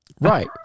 Right